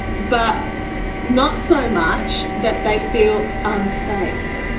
but not so much that they feel unsafe.